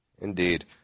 Indeed